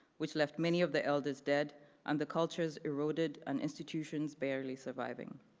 which left many of the elders dead and the cultures eroded and institutions barely surviving.